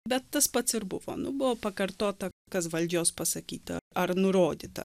bet tas pats ir buvo nu buvo pakartota kas valdžios pasakyta ar nurodyta